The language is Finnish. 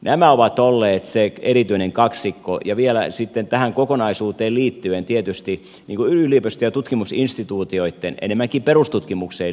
nämä ovat olleet se erityinen kaksikko ja vielä sitten tähän kokonaisuuteen liittyen tietysti yliopisto ja tutkimusinstituutioitten enemmänkin perustutkimukseen liittyvä työ